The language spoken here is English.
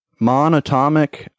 monatomic